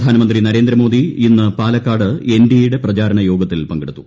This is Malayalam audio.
പ്രധാനമന്ത്രി നരേന്ദ്രമോദി ഇന്ന് പാലക്കാട് എൻഡിഎയുടെ പ്രചാരണ യോഗത്തിൽ പങ്കെടുത്തു